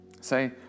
say